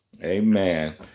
Amen